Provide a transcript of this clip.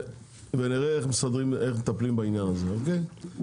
ונראה איך מסדרים, איך מטפלים בעניין הזה, אוקיי?